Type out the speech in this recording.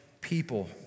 people